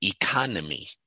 economy